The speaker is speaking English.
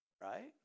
Right